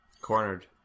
Cornered